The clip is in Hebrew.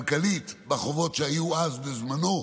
כלכלית, בחובות שהיו אז, בזמנו,